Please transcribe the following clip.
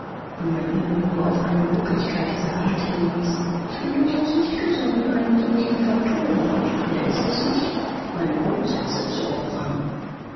wenn man ihn nur auf eine möglichkeit dieser art hinwies ich bin durchaus nicht gesonnen einem solchen phantom und mehr ist es nicht meine grundsätze zu opfern